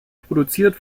produziert